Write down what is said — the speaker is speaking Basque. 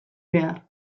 behar